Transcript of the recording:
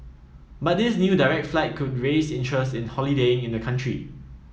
but this new direct flight could raise interest in holidaying in the country